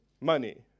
money